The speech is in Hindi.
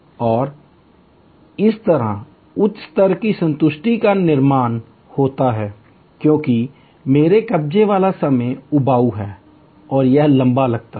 और इस तरह उच्च स्तर की संतुष्टि का निर्माण होता है क्योंकि मेरे कब्जे वाला समय उबाऊ है और यह लंबा लगता है